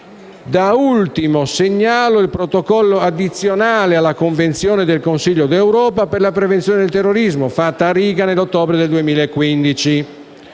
Da ultimo segnalo il Protocollo addizionale alla Convenzione del Consiglio d'Europa per la prevenzione del terrorismo, fatto a Riga nell'ottobre del 2015.